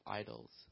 idols